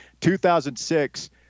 2006